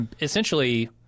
essentially